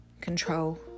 control